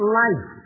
life